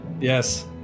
Yes